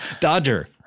Dodger